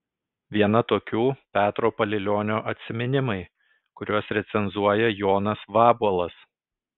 viena tokių petro palilionio atsiminimai kuriuos recenzuoja jonas vabuolas